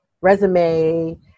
resume